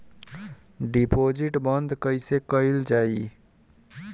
Deposit बंद कैसे कैल जाइ?